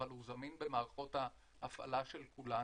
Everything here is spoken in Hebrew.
אבל הוא זמין במערכות ההפעלה של כולנו,